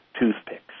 toothpicks